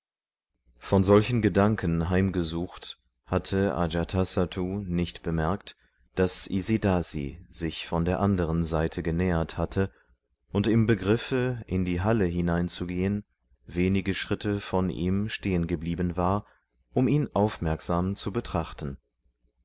von solchen gedanken heimgesucht hatte ajatasattu nicht bemerkt daß isidasi sich von der anderen seite genähert hatte und im begriff in die halle hineinzugehen wenige schritte von ihm stehengeblieben war um ihn aufmerksam zu betrachten